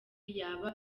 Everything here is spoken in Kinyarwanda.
yaba